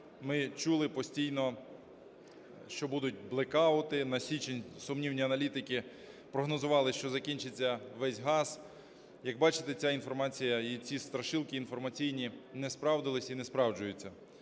ми чули постійно, що будуть блекаути, на січень сумнівні аналітики прогнозували, що закінчиться весь газ. Як бачите, ця інформація і ці страшилки інформаційні не справдилися і не справджуються.